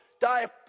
die